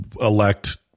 elect